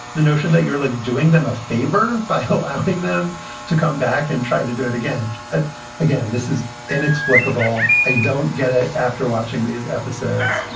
the notion that you're like doing them a favor by allowing them to come back and try to do it again and again, this is inexplicable. i don't get it after watching these episodes.